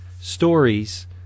stories